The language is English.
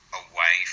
away